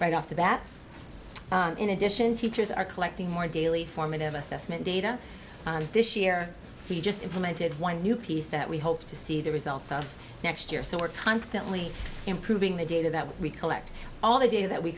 right off the bat in addition teachers are collecting more daily formative assessment data this year we just implemented one new piece that we hope to see the results of next year so we're constantly improving the data that we collect all the data that we